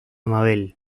mabel